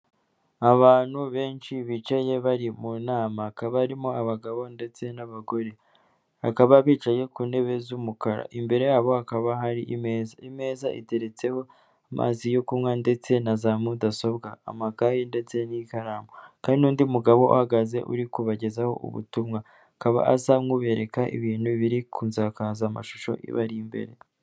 Abantu benshi bicaye bari mu nama, hakaba harimo abagabo ndetse n'abagore, bakaba bicaye ku ntebe z'umukara, imbere yabo hakaba hari imeza, imeza iteretseho amazi yo kunywa ndetse na za mudasobwa; amakayi ndetse n'ikaramu, hakaba hari n'undi mugabo uhagaze uri kubagezaho ubutumwa, akaba ameze nk'ubereka ibintu biri ku nsazakaza mashusho ibari imbere.